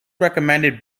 recommended